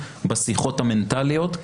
בשיחות המנטליות,